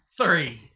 three